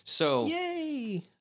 Yay